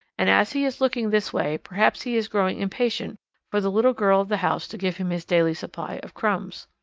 and as he is looking this way perhaps he is growing impatient for the little girl of the house to give him his daily supply of crumbs.